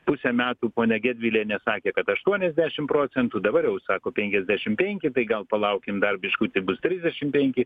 pusę metų ponia gedvilienė sakė kad aštuoniasdešim procentų dabar jau sako penkiasdešim penki tai gal palaukim dar biškutį bus trisdešim penki